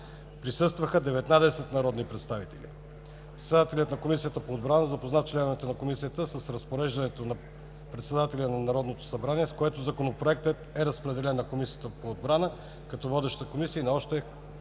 Присъстваха 19 народни представители. Председателят на Комисията по отбрана запозна членовете на Комисията с разпореждането на председателя на Народното събрание, с което Законопроектът е разпределен на Комисията по отбрана, като водеща комисия и на още